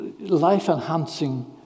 life-enhancing